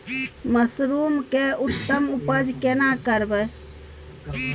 Mushroom के उत्तम उपज केना करबै?